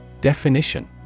Definition